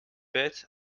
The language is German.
bett